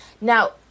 Now